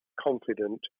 confident